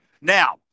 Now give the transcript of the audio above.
Now